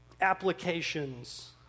applications